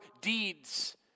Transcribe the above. deeds